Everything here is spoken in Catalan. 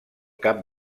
cap